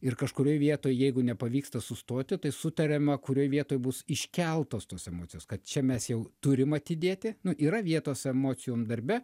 ir kažkurioj vietoj jeigu nepavyksta sustoti tai sutariama kurioj vietoj bus iškeltos tos emocijos kad čia mes jau turim atidėti nu yra vietos emocijom darbe